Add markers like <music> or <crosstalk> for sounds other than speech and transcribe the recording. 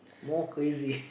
more crazy <laughs>